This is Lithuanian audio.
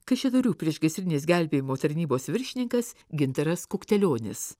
kaišiadorių priešgaisrinės gelbėjimo tarnybos viršininkas gintaras kuktelionis